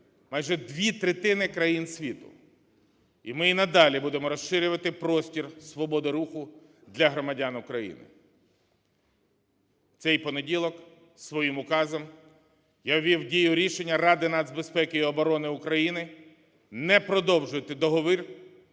майже дві третини країн світу. І ми і надалі будемо розширювати простір свободи руху для громадян України. В цей понеділок своїм указом я ввів в дію рішення Ради Нацбезпеки і оборони України не продовжувати договір